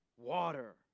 water